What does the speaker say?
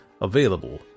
available